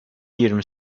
yirmi